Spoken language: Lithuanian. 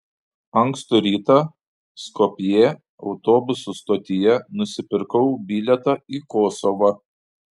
ankstų rytą skopjė autobusų stotyje nusipirkau bilietą į kosovą